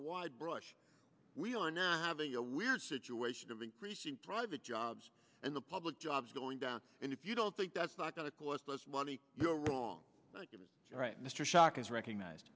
a wide brush we are now having a weird situation of increasing private jobs and the public jobs going down and if you don't think that's not going to cost us money you're wrong all right mr shock is recognized